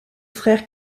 frères